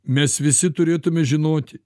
mes visi turėtume žinoti